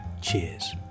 cheers